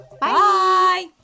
Bye